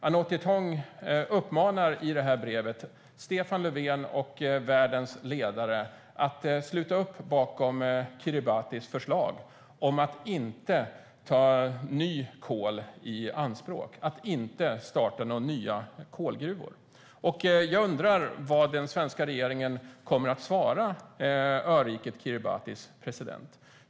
I brevet uppmanar Anote Tong Stefan Löfven och världens ledare att sluta upp bakom förslaget från Kiribati om att de inte ska ta mer kol i anspråk, att inte starta några nya kolgruvor. Jag undrar vad den svenska regeringen kommer att svara presidenten i öriket Kiribati.